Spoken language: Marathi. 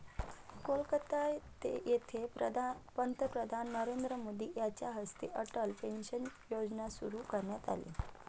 कोलकाता येथे पंतप्रधान नरेंद्र मोदी यांच्या हस्ते अटल पेन्शन योजना सुरू करण्यात आली